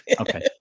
Okay